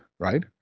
right